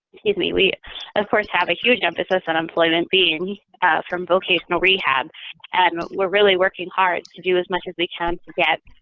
use me we of course have a huge emphasis on unemployment, being from vocational rehab and we're really working hard to do as much as we can get.